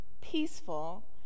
peaceful